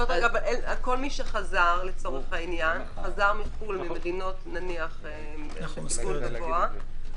כל מי שחזר לצורך העניין חזר מחו"ל ממדינות עם סיכון גבוה,